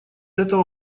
этого